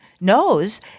knows